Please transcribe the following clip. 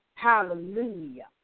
Hallelujah